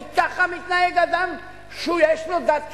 כי ככה מתנהג אדם שיש לו דת קיצונית.